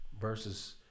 versus